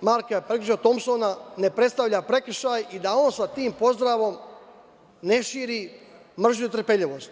Marka Perković Tompsona ne predstavlja prekršaj i da on sa tim pozdravom ne širi mržnju i netrpeljivost.